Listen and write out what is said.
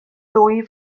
ddwy